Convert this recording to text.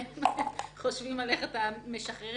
אפשר לקבוע